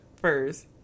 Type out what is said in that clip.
first